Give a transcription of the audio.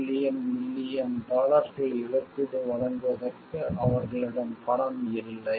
3 million டாலர்கள் இழப்பீடு வழங்குவதற்கு அவர்களிடம் பணம் இல்லை